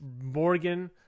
Morgan